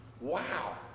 Wow